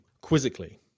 quizzically